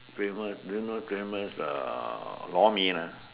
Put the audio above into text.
famous do you know famous uh Lor-Mee lah